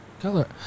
Color